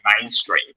mainstream